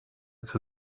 it’s